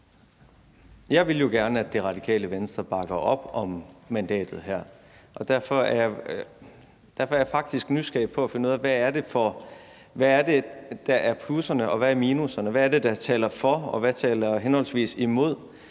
Jeg vil jo gerne, at Radikale Venstre bakker op om mandatet her, og derfor er jeg faktisk nysgerrig efter at finde ud af, hvad det er, der er plusserne, og hvad der er minusserne. Hvad er det, der taler for, og hvad er det, der taler